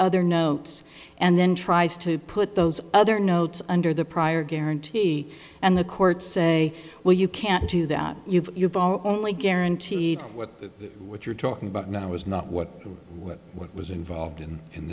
other notes and then tries to put those other notes under the prior guarantee and the courts say well you can't do that you've you've all only guaranteed what the what you're talking about now is not what what what was involved in in